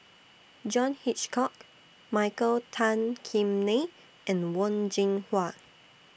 John Hitchcock Michael Tan Kim Nei and Wen Jinhua